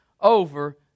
over